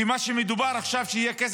כי מה שמדובר עכשיו זה שיהיה כסף